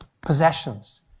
possessions